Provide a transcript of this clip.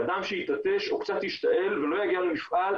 אדם שיתעטש או קצת ישתעל ולא יגיע למפעל,